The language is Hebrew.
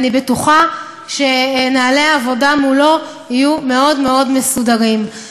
אני בטוחה שנוהלי העבודה מולו יהיו מאוד מאוד מסודרים.